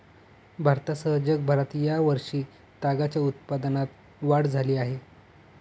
भारतासह जगभरात या वर्षी तागाच्या उत्पादनात वाढ झाली आहे